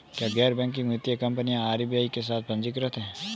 क्या गैर बैंकिंग वित्तीय कंपनियां आर.बी.आई के साथ पंजीकृत हैं?